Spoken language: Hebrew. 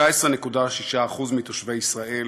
19.6% מתושבי ישראל